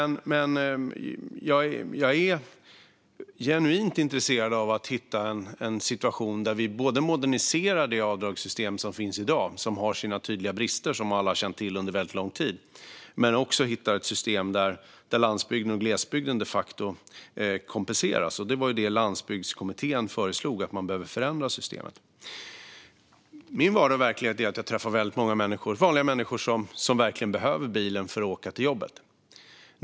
Jag är genuint intresserad av att hitta en situation där vi både moderniserar det avdragssystem som finns i dag och som har sina tydliga brister, som alla har känt till under väldigt lång tid, och hittar ett system där landsbygden och glesbygden de facto kompenseras. Landsbygdskommittén sa ju att man behövde förändra systemet. Min vardag och verklighet är att jag träffar väldigt många vanliga människor som verkligen behöver bilen för att åka till jobbet.